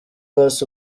bass